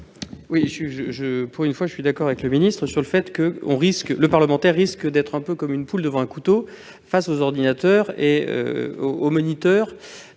vote. Pour une fois, je suis d'accord avec M. le ministre sur le fait que les parlementaires risquent d'être comme une poule devant un couteau face aux ordinateurs et aux moniteurs